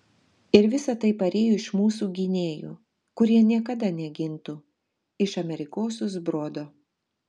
ir visa tai parėjo iš mūsų gynėjų kurie niekada negintų iš amerikosų zbrodo